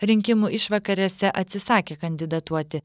rinkimų išvakarėse atsisakė kandidatuoti